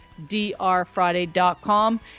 drfriday.com